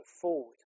forward